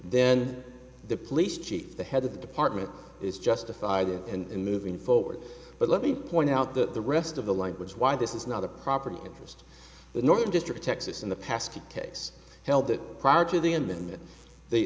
then the police chief the head of the department is justified it and moving forward but let me point out that the rest of the language why this is not a property interest the northern district texas in the past case held that prior to the amendment they